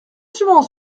souvent